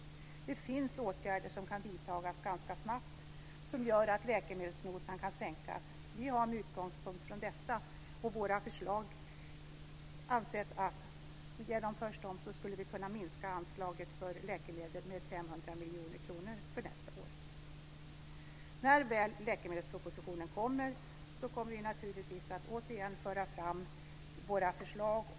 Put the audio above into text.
Det finns åtgärder som kan vidtas ganska snabbt och som gör att läkemedelsnotan kan sänkas. Med utgångspunkt i detta har vi ansett att om våra förslag genomförs skulle anslaget för läkemedel kunna minskas med 500 miljoner kronor för nästa år. När väl läkemedelspropositionen läggs fram kommer vi naturligtvis att återigen föra fram våra förslag.